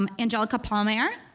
um angelica pomar,